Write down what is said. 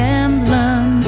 emblem